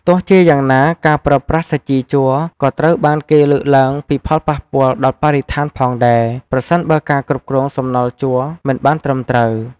ទោះជាយ៉ាងណា ការប្រើប្រាស់សាជីជ័រក៏ត្រូវបានគេលើកឡើងពីផលប៉ះពាល់ដល់បរិស្ថានផងដែរ ប្រសិនបើការគ្រប់គ្រងសំណល់ជ័រមិនបានត្រឹមត្រូវ។